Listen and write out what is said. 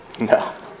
No